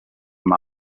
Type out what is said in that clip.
amb